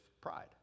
pride